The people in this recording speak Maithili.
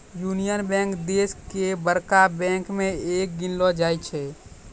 यूनियन बैंक देश के बड़का बैंक मे एक गिनलो जाय छै